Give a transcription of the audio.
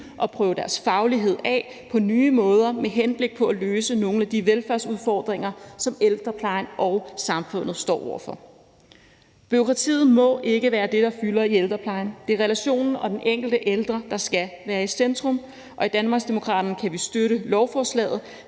og prøve deres faglighed af på nye måder med henblik på at løse nogle af de velfærdsudfordringer, som ældreplejen og samfundet står over for. Bureaukratiet må ikke være det, der fylder i ældreplejen. Det er relationen og den enkelte ældre, der skal være i centrum. I Danmarksdemokraterne kan vi støtte lovforslaget,